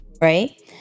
Right